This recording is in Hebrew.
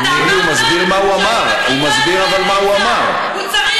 ומי, ומי, אתה אמרת שאני מקריבה את חיילי